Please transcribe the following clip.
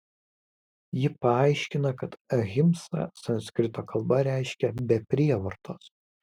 ji paaiškina kad ahimsa sanskrito kalba reiškia be prievartos